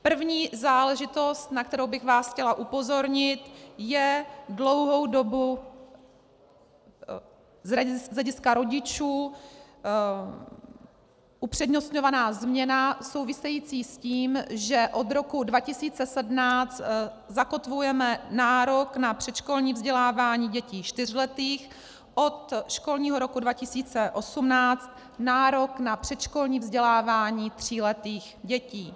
První záležitost, na kterou bych vás chtěla upozornit, je dlouhou dobu z hlediska rodičů upřednostňovaná změna související s tím, že od roku 2017 zakotvujeme nárok na předškolní vzdělávání dětí čtyřletých, od školního roku 2018 nárok na předškolní vzdělávání tříletých dětí.